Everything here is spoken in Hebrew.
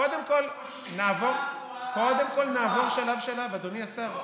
קודם כול נעבור שלב-שלב, אדוני השר.